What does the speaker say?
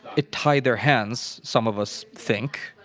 it tied their hands, some of us think,